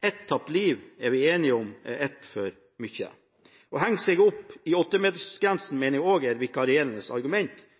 Ett tapt liv er vi enige om at er ett for mye. Å henge seg opp i 8-metersgrensen mener jeg også er et vikarierende argument